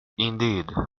indeed